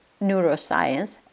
neuroscience